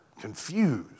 confused